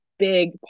big